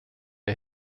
ihr